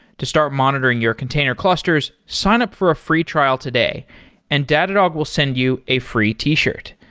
to start monitoring your container clusters, sign up for a free trial today and datadog will send you a free t-shirt.